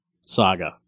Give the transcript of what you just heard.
Saga